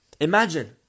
Imagine